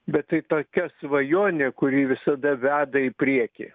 bet tai tokia svajonė kuri visada veda į priekį